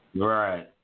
Right